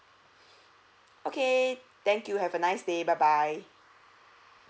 okay thank you have a nice day bye bye